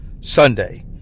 Sunday